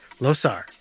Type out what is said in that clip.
Losar